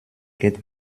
geht